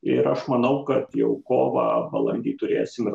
ir aš manau kad jau kovą balandį turėsim